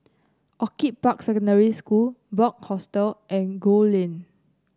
Orchid Park Secondary School Bunc Hostel and Gul Lane